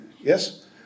Yes